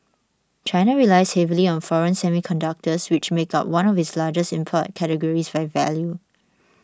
China relies heavily on foreign semiconductors which make up one of its largest import categories by value